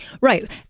Right